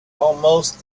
almost